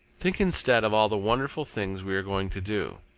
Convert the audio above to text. think instead of all the wonderful things we are going to do.